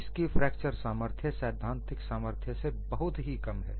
इसकी फ्रैक्चर सामर्थ्य सैद्धांतिक सामर्थ्य से बहुत ही कम है